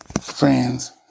friends